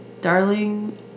darling